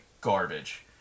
garbage